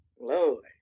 lord